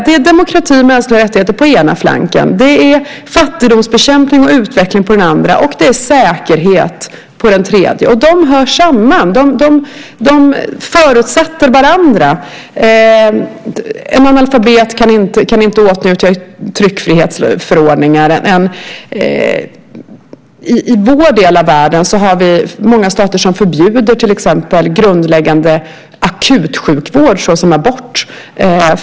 Det är demokrati och mänskliga rättigheter på den ena flanken, det är fattigdomsbekämpning och utveckling på den andra och det är säkerhet på den tredje. De hör samman. De förutsätter varandra. En analfabet kan inte åtnjuta tryckfrihetsförordningar. I vår del av världen har vi många stater som förbjuder till exempel grundläggande akutsjukvård såsom abort.